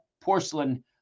porcelain